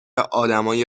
آدمای